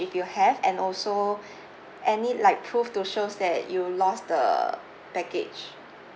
if you have and also any like proof to shows that you lost the baggage